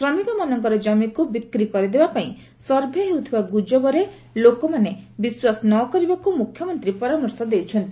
ଶ୍ରମିକମାନଙ୍କର ଜମିକୁ ବିକ୍ରୀ କରିଦେବା ପାଇଁ ସର୍ଭେ ହେଉଥିବା ଗୁଜବରେ ଲୋକମାନେ ବିଶ୍ୱାସ ନ କରିବାକୁ ମୁଖ୍ୟମନ୍ତ୍ରୀ ପରାମର୍ଶ ଦେଇଛନ୍ତି